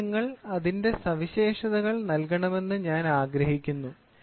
ഇപ്പോൾ നിങ്ങൾ അതിന്റെ സവിശേഷതകൾ നൽകണമെന്ന് ഞാൻ ആഗ്രഹിക്കുന്നു